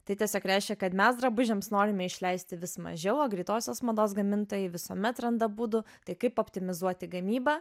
tai tiesiog reiškia kad mes drabužiams norime išleisti vis mažiau o greitosios mados gamintojai visuomet randa būdų tai kaip optimizuoti gamybą